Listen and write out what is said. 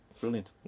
brilliant